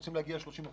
אם רוצים להגיע ל-30%